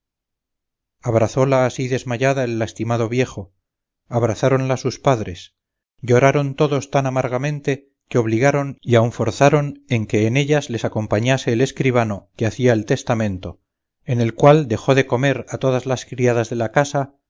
desmayarse abrazóla así desmayada el lastimado viejo abrazáronla sus padres lloraron todos tan amargamente que obligaron y aun forzaron a que en ellas les acompañase el escribano que hacía el testamento en el cual dejó de comer a todas las criadas de casa